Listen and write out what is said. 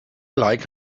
like